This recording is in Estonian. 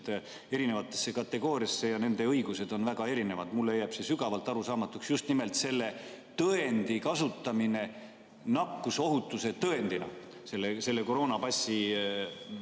eri kategooriatesse ja nende õigused on väga erinevad. Mulle jääb sügavalt arusaamatuks just nimelt selle tõendi kasutamine nakkusohutuse tõendina, selle koroonapassi